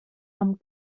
amb